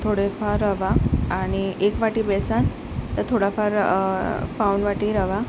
थोडे फार रवा आणि एक वाटी बेसन तर थोडा फार पाऊण वाटी रवा